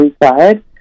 inside